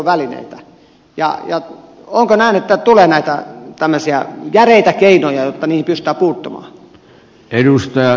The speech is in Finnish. onko näin että tulee tämmöisiä järeitä keinoja jotta niihin pystytään puuttumaan